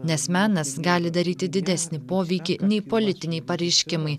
nes menas gali daryti didesnį poveikį nei politiniai pareiškimai